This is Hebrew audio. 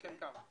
חלקם כן.